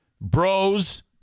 bros